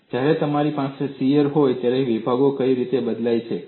અને જ્યારે તમારી પાસે શીયર હોય ત્યારે વિભાગો કઈ રીતે બદલાય છે